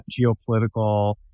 geopolitical